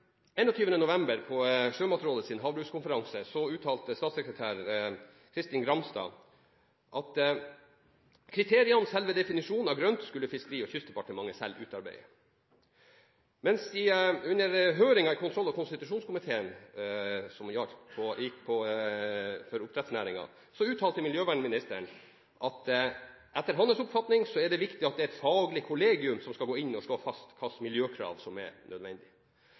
november på Sjømatrådets havbrukskonferanse uttalte statssekretær Kristine Gramstad at kriteriene for og selve definisjonen av grønne konsesjoner skulle Fiskeri- og kystdepartementet selv utarbeide. Men under høringen i kontroll- og konstitusjonskomiteen som gikk på oppdrettsnæringen, uttalte miljøvernministeren følgende: «Etter mi oppfatning er det nettopp viktig at det er eit fagleg kollegium som skal gå inn og slå fast kva for miljøkrav som er